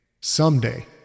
Someday